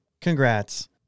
congrats